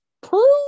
Prove